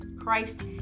Christ